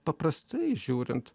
paprastai žiūrint